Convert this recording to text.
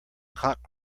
cock